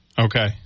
Okay